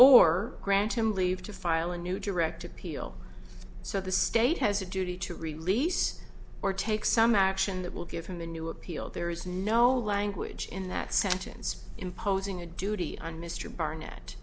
or grant him leave to file a new direct appeal so the state has a duty to release or take some action that will give him the new appeal there is no language in that sentence imposing a duty on mr barnett